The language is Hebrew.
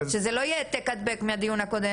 שזה לא יהיה העתק הדבק מהדיון הקודם.